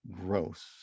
gross